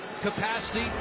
capacity